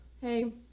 hey